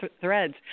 threads